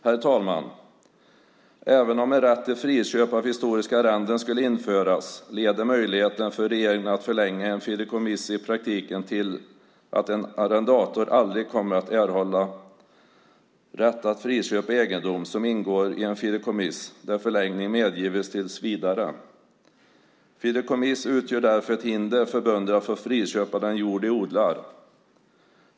Herr talman! Även om en rätt till friköp av historiska arrenden skulle införas leder möjligheten för regeringen att förlänga ett fideikommiss i praktiken till att en arrendator aldrig kommer att erhålla rätt att friköpa egendom som ingår i ett fideikommiss där förlängning medgivits tills vidare. Fideikommiss utgör därför ett hinder för bönder när det gäller att friköpa den jord de odlar.